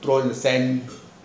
the sand